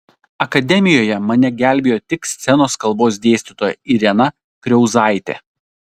akademijoje mane gelbėjo tik scenos kalbos dėstytoja irena kriauzaitė